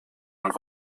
und